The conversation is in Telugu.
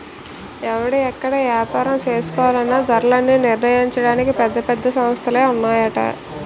ఎవడు ఎక్కడ ఏపారం చేసుకోవాలన్నా ధరలన్నీ నిర్ణయించడానికి పెద్ద పెద్ద సంస్థలే ఉన్నాయట